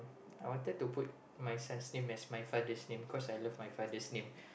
I wanted to put my son's name as my father's name cause I love my father's name